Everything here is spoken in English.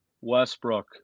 Westbrook